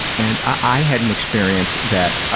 and i had an experience that,